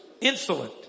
insolent